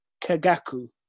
kagaku